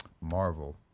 Marvel